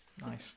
Nice